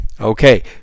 Okay